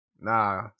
Nah